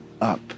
up